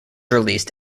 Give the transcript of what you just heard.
released